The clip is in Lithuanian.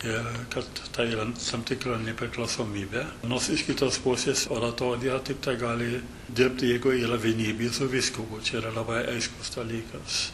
ir kad tai yra tam tikra nepriklausomybė nors iš kitos pusės oratorija tai gali dirbti jeigu yra vienybė su vyskupu čia yra labai aiškus dalykas